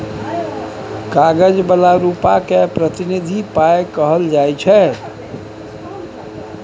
कागज बला रुपा केँ प्रतिनिधि पाइ कहल जाइ छै